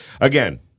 Again